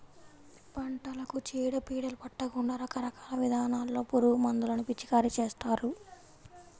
పంటలకు చీడ పీడలు పట్టకుండా రకరకాల విధానాల్లో పురుగుమందులను పిచికారీ చేస్తారు